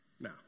Now